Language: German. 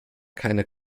keiner